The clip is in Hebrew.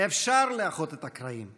אפשר לאחות את הקרעים,